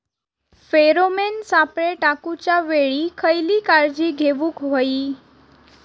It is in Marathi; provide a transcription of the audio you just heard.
फेरोमेन सापळे टाकूच्या वेळी खयली काळजी घेवूक व्हयी?